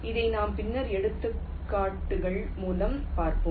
இதை நாம் பின்னர் எடுத்துக்காட்டுகள் மூலம் பார்ப்போம்